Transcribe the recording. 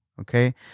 okay